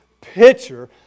picture